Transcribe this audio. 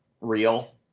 real